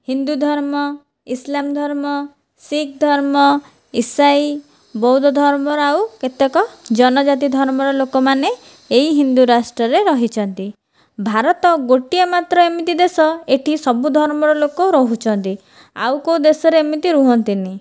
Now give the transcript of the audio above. ହିନ୍ଦୁ ଧର୍ମ ଇସଲାମ ଧର୍ମ ଶିଖ୍ ଧର୍ମ ଇସାଇ ବୌଦ୍ଧ ଧର୍ମର ଆଉ କେତେକ ଜନଜାତି ଧର୍ମର ଲୋକମାନେ ଏଇ ହିନ୍ଦୁ ରାଷ୍ଟ୍ରରେ ରହିଛନ୍ତି ଭାରତ ଗୋଟିଏ ମାତ୍ର ଏମିତି ଦେଶ ଏଠି ସବୁ ଧର୍ମର ଲୋକ ରହୁଛନ୍ତି ଆଉ କେଉଁ ଦେଶରେ ଏମିତି ରୁହନ୍ତିନି